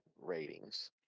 Ratings